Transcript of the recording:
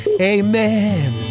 Amen